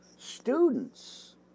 Students